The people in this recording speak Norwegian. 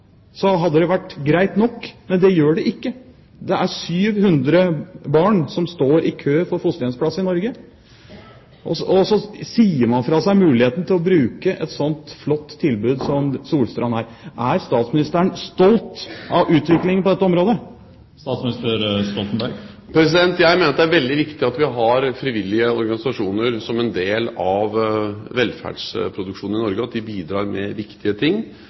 hadde det vært greit nok, men det gjør det ikke. Det er 700 barn som står i kø for fosterhjemsplass i Norge, og så sier man fra seg muligheten til å bruke et slikt flott tilbud som Solstrand er. Er statsministeren stolt av utviklingen på dette området? Jeg mener at det er veldig viktig at vi har frivillige organisasjoner som en del av velferdsproduksjonen i Norge, og at de bidrar med viktige ting,